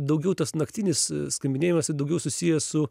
daugiau tas naktinis skambinėjimas daugiau susijęs su